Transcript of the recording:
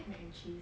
mac and cheese